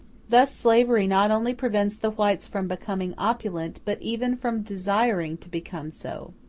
thus slavery not only prevents the whites from becoming opulent, but even from desiring to become so.